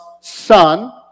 son